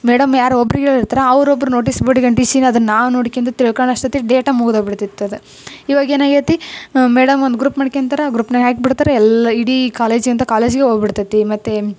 madam ಯಾರೊ ಒಬ್ರಿಗೆ ಹೇಳಿರ್ತಾರ್ ಅವರು ಒಬ್ರು ನೋಟೀಸ್ ಬೋರ್ಡಿಗೆ ಅಂಟಿಸಿ ಅದನ್ನು ನಾವು ನೋಡ್ಕ್ಯಂಡು ತಿಳ್ಕಳ ಅಷ್ಟೊತ್ತಿಗೆ ಡೇಟ ಮುಗದೋಗಿ ಬಿಡ್ತಿತ್ತು ಅದು ಇವಾಗ ಏನು ಆಗೈತೆ ಮೇಡಮ್ ಒಂದು ಗ್ರೂಪ್ ಮಾಡ್ಕ್ಯಂತಾರೆ ಆ ಗ್ರೂಪ್ನ್ಯಾಗೆ ಹಾಕ್ಬಿಡ್ತಾರೆ ಎಲ್ಲ ಇಡೀ ಕಾಲೇಜಿಂದ ಕಾಲೇಜಿಗೆ ಹೋಗ್ಬಿಡ್ತೈತಿ ಮತ್ತೆ